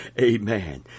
Amen